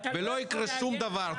ולא יקרה שום דבר,